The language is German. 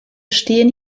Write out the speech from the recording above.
stehen